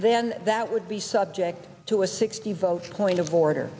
then that would be subject to a sixty vote point of order